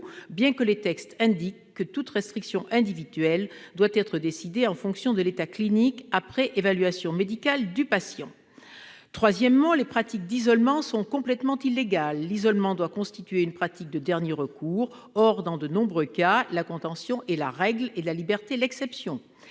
bien que les textes prévoient que toute restriction individuelle doit être décidée en fonction de l'état clinique du patient, après évaluation médicale. En outre, les pratiques d'isolement sont complètement illégales. L'isolement doit être une procédure de dernier recours. Or, dans de nombreux cas, la contention est la règle, et la liberté l'exception.